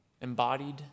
embodied